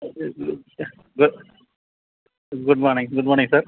good morning good morning sir